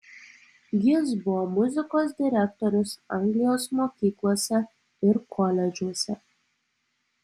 jis buvo muzikos direktorius anglijos mokyklose ir koledžuose